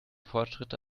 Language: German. fortschritte